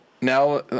now